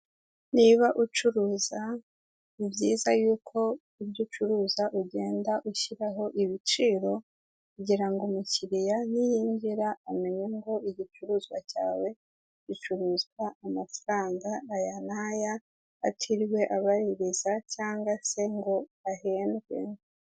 Niba ucuruza ni byiza yuko ibyo ucuruza ugenda ushyiraho ibiciro kugira ngo umukiriya niyinjira amenye ngo igicuruzwa cyawe gicuruzwa amafaranga aya n'aya atirirwe abaririza cyangwa se ngo ahendwe.